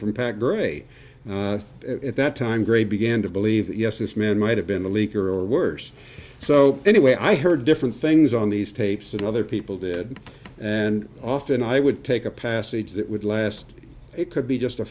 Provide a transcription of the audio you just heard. from packer a at that time gray began to believe that yes this man might have been the leaker or worse so anyway i heard different things on these tapes and other people did and often i would take a passage that would last it could be just a